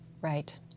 Right